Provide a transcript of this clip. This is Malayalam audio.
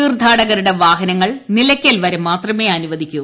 തീർത്ഥാടകരുടെ വാഹനങ്ങൾ നിലയ്ക്കൽ വരെ മാത്രമേ അനുവദിക്കൂ